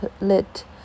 lit